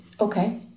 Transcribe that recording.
okay